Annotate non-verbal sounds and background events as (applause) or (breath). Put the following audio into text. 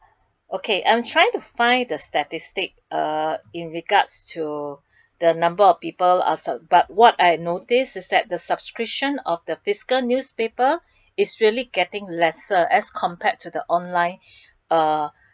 okay I am trying to find the statistic uh in regards to (breath) the number of people are sub but what I notice is that the subscription of the physical newspaper (breath) is really getting lesser as compared to the online (breath) uh